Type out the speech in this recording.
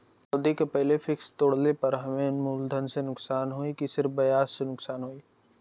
अवधि के पहिले फिक्स तोड़ले पर हम्मे मुलधन से नुकसान होयी की सिर्फ ब्याज से नुकसान होयी?